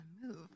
move